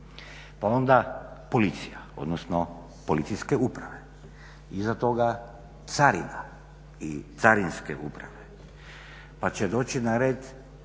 Pa onda policija, odnosno policijske uprave. Iza toga carina i carinske uprave. Pa će doći na red